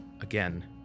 again